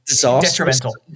Detrimental